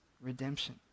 redemption